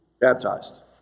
baptized